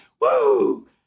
woo